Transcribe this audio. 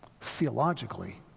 theologically